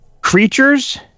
creatures